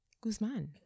Guzman